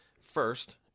first